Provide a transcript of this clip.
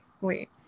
wait